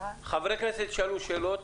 חברי כנסת ישאלו שאלות,